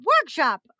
workshop